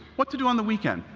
what to do on the weekend,